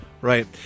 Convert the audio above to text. right